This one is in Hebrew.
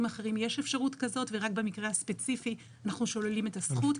אחרים יש אפשרות כזאת ורק במקרה הספציפי אנחנו שוללים את הזכות.